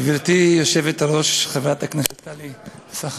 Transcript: גברתי היושבת-ראש, חברת הכנסת טלי פלוסקוב,